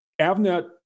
Avnet